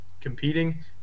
competing